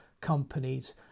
companies